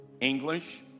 English